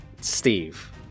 Steve